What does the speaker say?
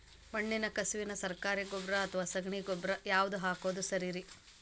ಮಣ್ಣಿನ ಕಸುವಿಗೆ ಸರಕಾರಿ ಗೊಬ್ಬರ ಅಥವಾ ಸಗಣಿ ಗೊಬ್ಬರ ಯಾವ್ದು ಹಾಕೋದು ಸರೇರಿ?